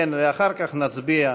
כן, ואחר כך נצביע.